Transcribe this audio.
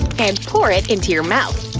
and pour it into your mouth.